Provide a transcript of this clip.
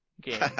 game